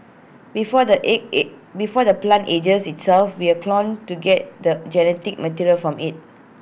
before the before the plant ages itself we clone to get the genetic material from IT